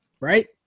Right